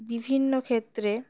বিভিন্ন ক্ষেত্রে